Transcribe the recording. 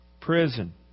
prison